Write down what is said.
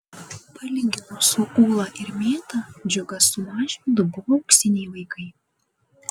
palyginus su ūla ir mėta džiugas su mažvydu buvo auksiniai vaikai